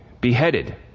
beheaded